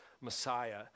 Messiah